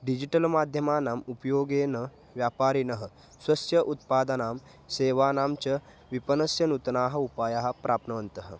digital माध्यमानाम् उपयोगेन व्यापारिणः स्वस्य उत्पादानां सेवानां च विपणस्य नूतनाः उपायाः प्राप्नुवन्तः